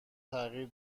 تغییر